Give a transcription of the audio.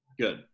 Good